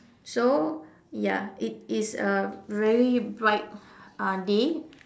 so ya it is a very bright uh day